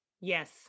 Yes